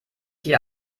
hier